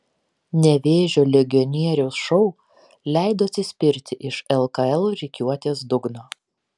nevėžio legionieriaus šou leido atsispirti iš lkl rikiuotės dugno